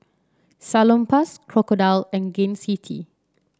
Salonpas Crocodile and Gain City